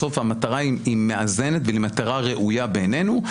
בסוף, המטרה היא מאזנת והיא למטרה ראויה בעינינו.